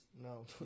No